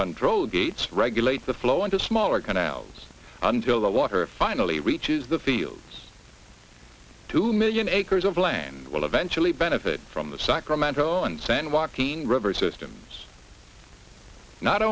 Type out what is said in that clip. control gates regulate the flow into smaller going out until the water finally reaches the fields two million acres of land will eventually benefit from the sacramento and san joaquin river systems not